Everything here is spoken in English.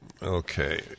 Okay